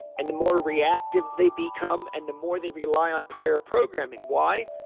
and the more reactive they become and the more they rely on prior programming, why,